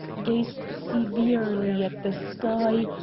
gazed severely at the sky,